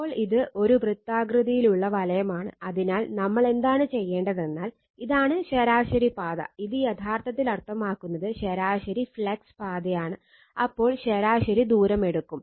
ഇപ്പോൾ ഇത് ഒരു വൃത്താകൃതിയിലുള്ള വലയമാണ് അതിനാൽ നമ്മൾ എന്താണ് ചെയ്യേണ്ടതെന്നാൽ ഇതാണ് ശരാശരി പാത ഇത് യഥാർത്ഥത്തിൽ അർത്ഥമാക്കുന്നത് ശരാശരി ഫ്ലക്സ് പാതയാണ് അപ്പോൾ ശരാശരി ദൂരം എടുക്കും